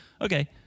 okay